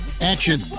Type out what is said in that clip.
action